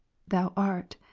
thou art,